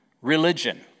religion